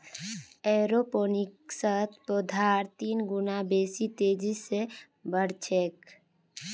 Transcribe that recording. एरोपोनिक्सत पौधार तीन गुना बेसी तेजी स बढ़ छेक